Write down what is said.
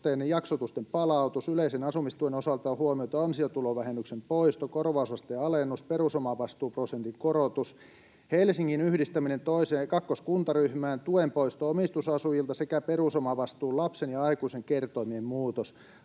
lomakorvausten jaksotusten palautus. Yleisen asumistuen osalta on huomioitu ansiotulovähennyksen poisto, korvausasteen alennus, perusomavastuuprosentin korotus, Helsingin yhdistäminen kakkoskuntaryhmään, tuen poisto omistusasujilta sekä perusomavastuun lapsen ja aikuisen kertoimien muutos.